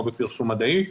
לא בפרסום מדעי,